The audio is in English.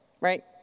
right